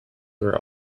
were